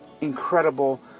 incredible